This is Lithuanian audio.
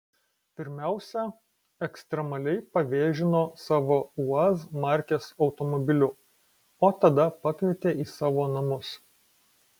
pirmiausia ekstremaliai pavėžino savo uaz markės automobiliu o tada pakvietė į savo namus